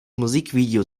musikvideo